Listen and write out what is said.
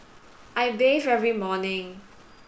I bathe every morning